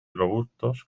robustos